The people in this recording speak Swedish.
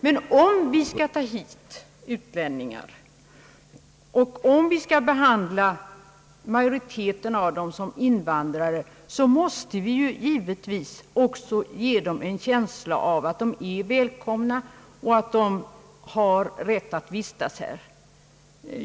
Men om vi skall ta hit utlänningar och behandla majoriteten av dem som invandrare, måste vi givetvis också ge dem en känsla av att de är välkomna och att de har rätt att vistas här.